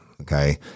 okay